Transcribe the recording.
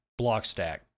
Blockstack